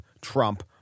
Trump